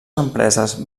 empreses